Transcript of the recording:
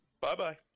Bye-bye